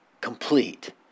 complete